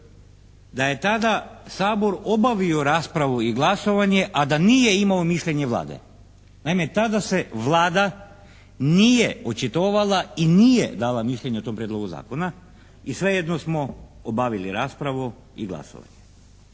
da je tada Sabor obavio raspravu i glasovanje a da nije imao mišljenje Vlade. Naime tada se Vlada nije očitovala i nije dala mišljenje o tom Prijedlogu zakona i svejedno smo obavili raspravu i glasali.